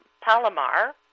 Palomar